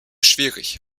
schwierig